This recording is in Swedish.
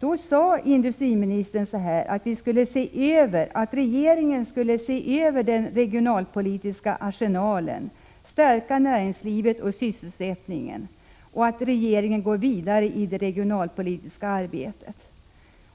Då sade industriministern att regeringen skulle se över den regionalpolitiska arsenalen, stärka näringslivet och sysselsättningen och att regeringen går vidare i det regionalpolitiska arbetet.